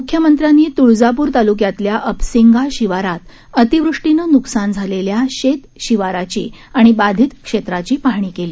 मुख्यमंत्र्यांनी तुळजापूर तालुक्यातल्या अपसिंगा शिवारात अतिवृष्टिनं नुकसान झालेल्या शेतशिवारची आणि बाधित क्षेत्राची पहाणी केली